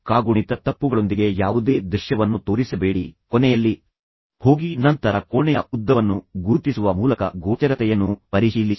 ಆದ್ದರಿಂದ ಕಾಗುಣಿತ ತಪ್ಪುಗಳೊಂದಿಗೆ ಯಾವುದೇ ದೃಶ್ಯವನ್ನು ತೋರಿಸಬೇಡಿ ಕೊನೆಯಲ್ಲಿ ಹೋಗಿ ನಂತರ ಕೋಣೆಯ ಉದ್ದವನ್ನು ಗುರುತಿಸುವ ಮೂಲಕ ಗೋಚರತೆಯನ್ನು ಪರಿಶೀಲಿಸಿ